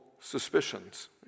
suspicions